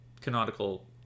canonical